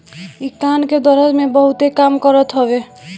इ कान के दरद में बहुते काम करत हवे